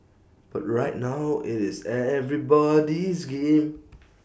but right now IT is everybody's game